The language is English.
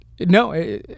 No